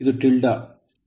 ಇದು tild" tilde ಯಂತೆ